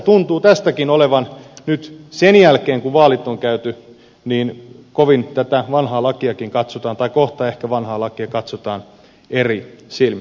tuntuu siltä että nyt sen jälkeen kun vaalit on käyty tätä kohta ehkä vanhaa lakia katsotaan eri silmin